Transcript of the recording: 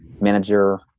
Manager